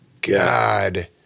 god